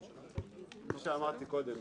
כמו שאמרתי קודם,